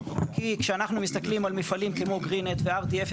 כי כשאנחנו מסתכלים על מפעלים כמו "גרין נט" ו-RDF,